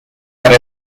para